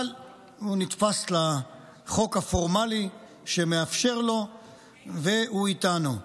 אבל הוא נתפס לחוק הפורמלי שמאפשר לו והוא איתנו.